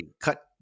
Cut